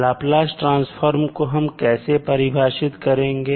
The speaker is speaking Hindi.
लाप्लास ट्रांसफॉर्म को हम कैसे परिभाषित करेंगे